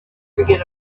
forget